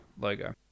logo